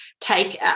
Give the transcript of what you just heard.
take